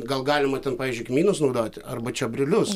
gal galima ten pavyzdžiui kmynus naudoti arba čiobrelius